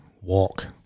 Walk